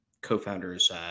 co-founders